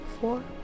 four